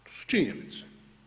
To su činjenice.